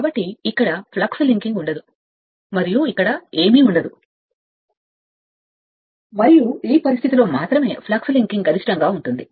కాబట్టి ఇక్కడ flux linking ఉండదు మరియు ఇక్కడ ఏమీ ఉండదు మరియు ఈ పరిస్థితిలో మాత్రమే ఫ్లక్స్ లింకింగ్ గరిష్టంగా ఉంటుంది